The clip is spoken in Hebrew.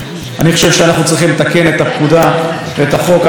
החוק על מנת ששליש יוכל להינתן לאסירים,